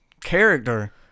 character